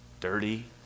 Dirty